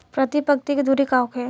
प्रति पंक्ति के दूरी का होखे?